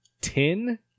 Ten